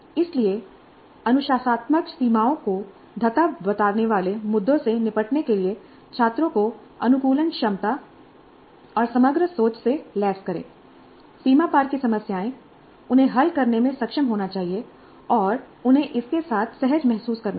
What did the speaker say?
इसलिए अनुशासनात्मक सीमाओं को धता बताने वाले मुद्दों से निपटने के लिए छात्रों को अनुकूलन क्षमता और समग्र सोच से लैस करें सीमा पार की समस्याएं उन्हें हल करने में सक्षम होना चाहिए और उन्हें इसके साथ सहज महसूस करना चाहिए